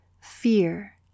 Fear